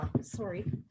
sorry